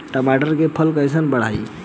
टमाटर के फ़सल कैसे बढ़ाई?